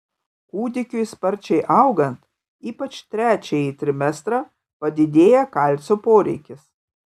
kūdikiui sparčiai augant ypač trečiąjį trimestrą padidėja kalcio poreikis